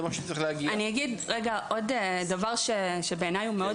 אני אגיע רגע עוד דבר שבעיניי הוא מאוד